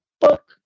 book